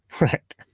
Right